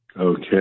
Okay